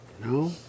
No